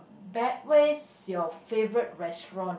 bat where's your favourite restaurant